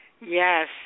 Yes